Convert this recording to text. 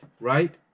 right